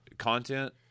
content